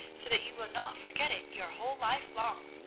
so that you will not forget it your whole life long.